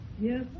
Yes